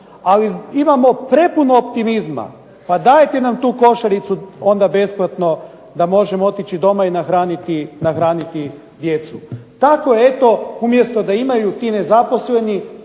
ali imamo prepuno optimizma, pa dajte nam tu košaricu onda besplatno da možemo otići doma i nahraniti djecu. Tako eto umjesto da imaju ti nezaposleni,